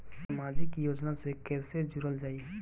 समाजिक योजना से कैसे जुड़ल जाइ?